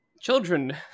Children